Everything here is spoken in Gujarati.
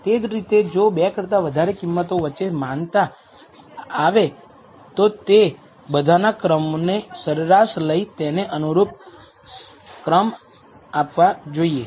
તે જ રીતે જો 2 કરતા વધારે કિંમતો વચ્ચે સમાનતા આવે તો તે બધાના ક્રમનો સરેરાશ લઈ તેને અનુરૂપ ક્રમ આપવા જોઈએ